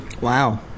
Wow